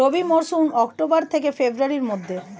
রবি মৌসুম অক্টোবর থেকে ফেব্রুয়ারির মধ্যে